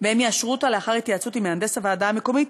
והם יאשרו אותה לאחר התייעצות עם מהנדס הוועדה המקומית,